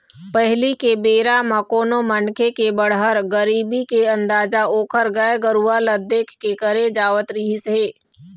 पहिली के बेरा म कोनो मनखे के बड़हर, गरीब के अंदाजा ओखर गाय गरूवा ल देख के करे जावत रिहिस हे